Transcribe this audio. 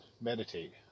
meditate